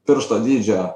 piršto dydžio